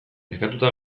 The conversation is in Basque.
nekatuta